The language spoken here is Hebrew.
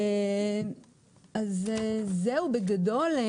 זה בגדול.